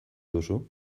duzu